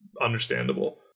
understandable